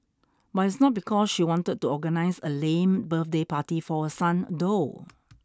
but it's not because she wanted to organise a lame birthday party for her son though